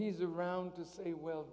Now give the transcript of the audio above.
he's around to say well